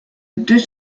deux